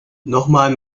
nochmal